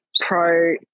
pro